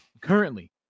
Currently